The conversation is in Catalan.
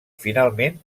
finalment